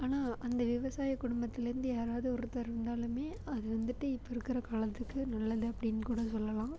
ஆனால் அந்த விவசாய குடும்பத்துலேருந்து யாராவது ஒருத்தர் இருந்தாலுமே அது வந்துட்டு இப்போ இருக்கிற காலத்துக்கு நல்லது அப்படின்னு கூட சொல்லலாம்